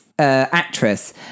Actress